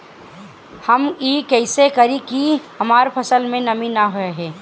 हम ई कइसे करी की हमार फसल में नमी ना रहे?